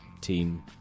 team